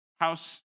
house